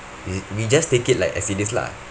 we we just take it like as it is lah